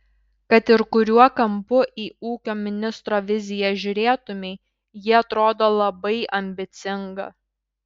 kad ir kuriuo kampu į ūkio ministro viziją žiūrėtumei ji atrodo labai ambicinga